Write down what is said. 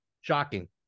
Shocking